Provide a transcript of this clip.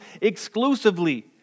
exclusively